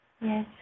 Yes